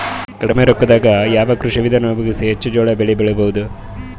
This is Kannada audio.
ಕಡಿಮಿ ರೊಕ್ಕದಾಗ ಯಾವ ಕೃಷಿ ವಿಧಾನ ಉಪಯೋಗಿಸಿ ಹೆಚ್ಚ ಜೋಳ ಬೆಳಿ ಬಹುದ?